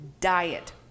diet